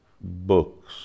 books